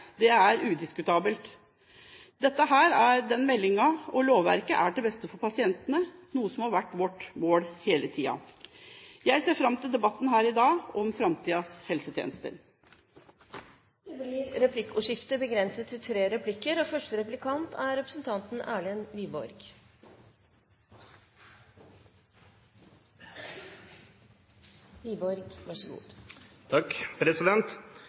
vei, er udiskutabelt. Denne meldingen og lovverket er til beste for pasientene, noe som har vært vårt mål hele tiden. Jeg ser fram til debatten her i dag om framtidens helsetjenester. Det blir replikkordskifte.